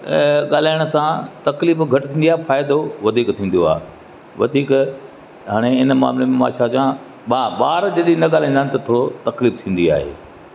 ऐं ॻाल्हाइण सां तकलीफ़ु घटि थींदी आहे फ़ाइदो वधीक थींदो आहे वधीक हाणे हिन मामले में मां छा चवां ॿार ॿार जॾहिं न ॻाल्हाईंदा आहिनि त थोरो तकलीफ़ु थींदी आहे